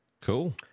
cool